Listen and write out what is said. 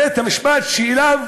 בית-המשפט שאליו